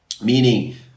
meaning